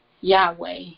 Yahweh